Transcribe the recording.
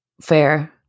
fair